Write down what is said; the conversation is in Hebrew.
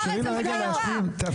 תאפשרי לה רגע להשלים.